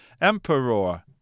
Emperor